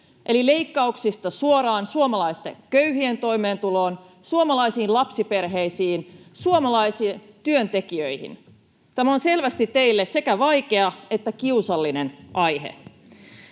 eli leikkauksista suoraan suomalaisten köyhien toimeentuloon, suomalaisiin lapsiperheisiin, suomalaisiin työntekijöihin. Tämä on selvästi teille sekä vaikea että kiusallinen aihe.